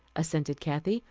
assented kathy.